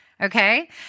okay